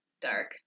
Dark